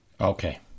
Okay